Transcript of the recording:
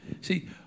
see